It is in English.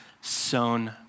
sown